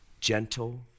gentle